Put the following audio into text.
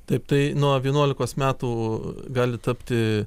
taip tai nuo vienuolikos metų gali tapti